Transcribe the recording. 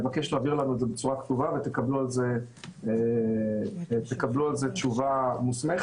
אני מבקש להעביר לנו בצורה סדורה ותקבלו על זה תשובה מוסמכת.